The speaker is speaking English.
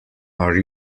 are